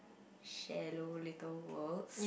shallow little world